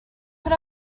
put